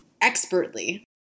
expertly